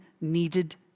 needed